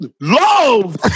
love